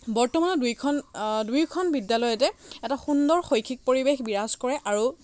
বৰ্তমানো দুইখন দুয়োখন বিদ্যালয়তে এটা সুন্দৰ শৈক্ষিক পৰিৱেশ বিৰাজ কৰে আৰু